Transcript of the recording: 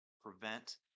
prevent